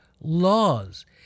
laws